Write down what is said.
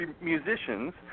musicians